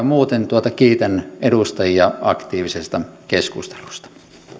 muuten kiitän edustajia aktiivisesta keskustelusta